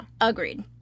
Agreed